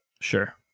sure